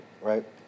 right